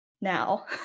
now